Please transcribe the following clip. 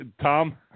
Tom